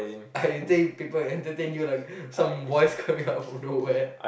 I think people will entertain you like some voice coming out from nowhere